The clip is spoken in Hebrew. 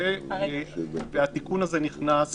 התיקון הזה נכנס